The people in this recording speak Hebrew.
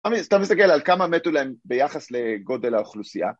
סתם, סתם נסתכל על כמה מתו להם ביחס לגודל האוכלוסייה